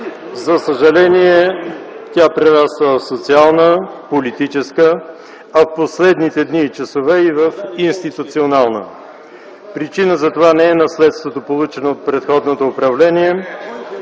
За съжаление тя прераства в социална, политическа, а в последните дни и часове, и в институционална. Причина за това не е наследството, получено от предходното управление,